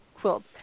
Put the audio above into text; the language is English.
quilts